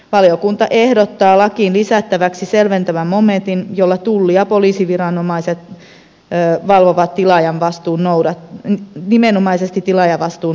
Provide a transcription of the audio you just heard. valiokunta ehdottaa lakiin lisättäväksi selventävän momentin jolla tulli ja poliisiviranomaiset valvovat nimenomaisesti tilaajavastuun noudattamista